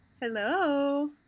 Hello